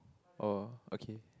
oh okay